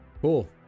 Cool